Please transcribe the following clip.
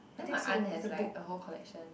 you know my aunt has like a whole collection